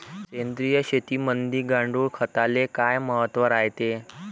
सेंद्रिय शेतीमंदी गांडूळखताले काय महत्त्व रायते?